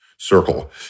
circle